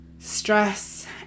Stress